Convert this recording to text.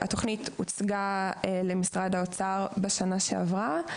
התוכנית הוצגה למשרד האוצר בשנה שעברה,